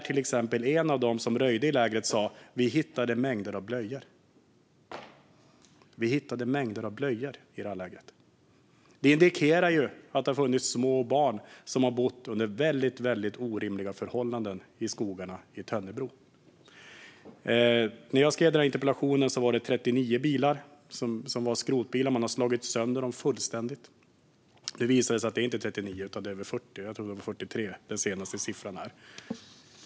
Till exempel sa en av dem som röjde i lägret att de hittade mängder av blöjor. Det indikerar att det har funnits små barn som bott under väldigt orimliga förhållanden i skogarna i Tönnebro. När jag skrev denna interpellation var det 39 bilar som var skrotbilar. Man har slagit sönder dem fullständigt. Det har visat sig att det inte är 39 utan över 40 - jag tror att den senaste siffran är 43.